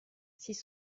six